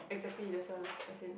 exactly that's why as in